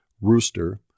Rooster